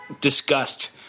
disgust